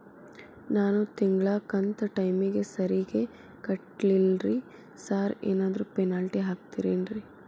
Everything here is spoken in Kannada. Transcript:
ನಾನು ತಿಂಗ್ಳ ಕಂತ್ ಟೈಮಿಗ್ ಸರಿಗೆ ಕಟ್ಟಿಲ್ರಿ ಸಾರ್ ಏನಾದ್ರು ಪೆನಾಲ್ಟಿ ಹಾಕ್ತಿರೆನ್ರಿ?